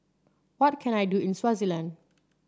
what can I do in Swaziland